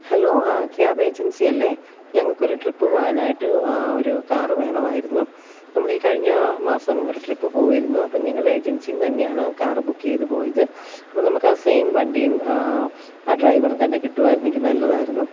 hello cab ഏജൻസിയല്ലെ ഞങ്ങൾക്കൊരു trip പോകാനായിട്ട് ഒരു കാറ് വേണമായിരുന്നു നമ്മൾ ഈ കഴിഞ്ഞ മാസം ഒരു ട്രിപ്പ് പോയിരുന്നു അപ്പം നിങ്ങളുടെ ഏജൻസിയിൽ നിന്ന് തന്നെയാണ് കാറ് ബുക്ക് ചെയ്ത് പോയത് അപ്പം നമ്മൾക്ക് ആ സെയിം വണ്ടിയും ആ ഡ്രൈവറും തന്നെ കിട്ടുമായിരുന്നെങ്കിൽ നല്ലതായിരുന്നു